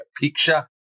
picture